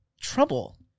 trouble